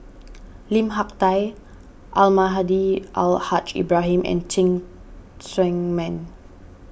Lim Hak Tai Almahdi Al Haj Ibrahim and Cheng Tsang Man